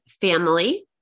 family